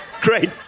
Great